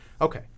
Okay